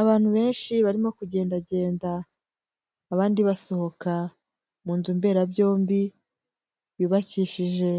Abantu benshi barimo kugendagenda, abandi basohoka mu nzu mberabyombi, yubakishije